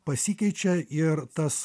pasikeičia ir tas